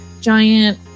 giant